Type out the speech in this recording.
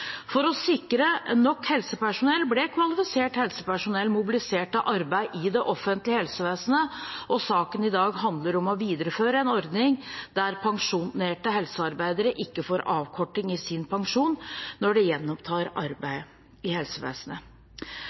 For å sikre nok helsepersonell ble kvalifisert helsepersonell mobilisert til arbeid i det offentlige helsevesenet, og saken i dag handler om å videreføre en ordning der pensjonerte helsearbeidere ikke får avkorting i sin pensjon når de gjenopptar arbeidet i helsevesenet.